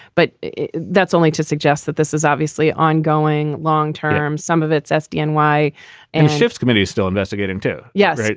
but that's only to suggest that this is obviously ongoing long term. some of it's f d n y and schiff's committee is still investigating, too. yeah.